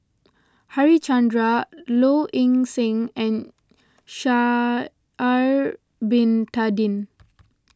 Harichandra Low Ing Sing and Sha'ari Bin Tadin